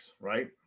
right